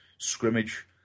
scrimmage